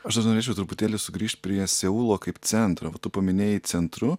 aš dar norėčiau truputėlį sugrįšt prie seulo kaip centro va tu paminėjai centru